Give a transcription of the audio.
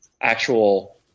Actual